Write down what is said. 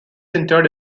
interred